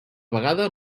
vegada